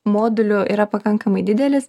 moduliu yra pakankamai didelis